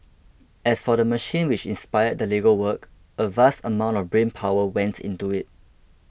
as for the machine which inspired the Lego work a vast amount of brain power went into it